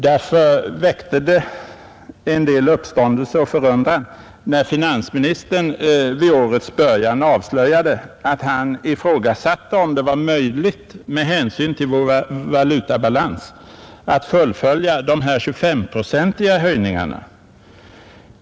Därför väckte det en del uppståndelse och förundran när finansministern vid årets början avslöjade att han ifrågasatte om det var möjligt med hänsyn till vår valutabalans att fullfölja de 25-procentiga höjningarna.